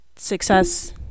success